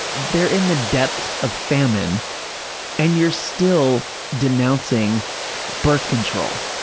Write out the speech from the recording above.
and they're in the depths of famine and you're still denouncing birth control?